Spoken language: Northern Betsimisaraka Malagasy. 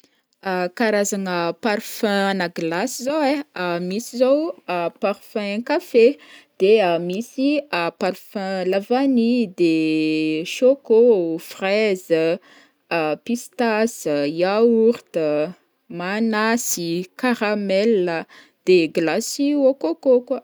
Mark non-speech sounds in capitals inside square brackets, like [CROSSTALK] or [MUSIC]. [HESITATION] karazagna parfums ana glace zao ai, [HESITATION] misy zao o [HESITATION] parfum kafe, de [HESITATION] misy [HESITATION] parfums lavany, de choco, fraise, [HESITATION] pistasy, yaourt, manasy, caramel a, de glace au côcô koa.